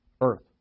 earth